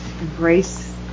embrace